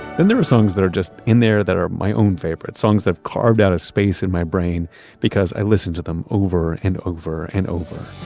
and there are songs that are just in there that are my own favorites, songs that have carved out a space in my brain because i listened to them over and over and over